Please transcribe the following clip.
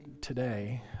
today